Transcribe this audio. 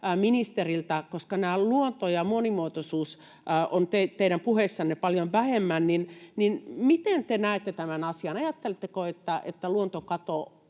ministeriltä, koska luonto ja monimuotoisuus on teidän puheissanne paljon vähemmän, miten te näette tämän asian. Ajatteletteko, että luontokato